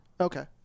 Okay